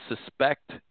suspect